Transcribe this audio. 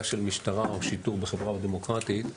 של משטרה או שיטור בחברה דמוקרטית,